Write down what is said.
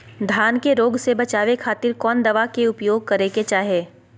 धान के रोग से बचावे खातिर कौन दवा के उपयोग करें कि चाहे?